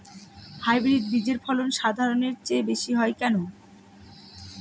Hybrid বীজের ফলন সাধারণের চেয়ে বেশী হয় কেনো?